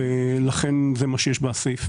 זה מה שמופיע בסעיף.